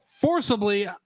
forcibly